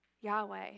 Yahweh